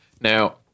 Now